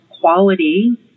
quality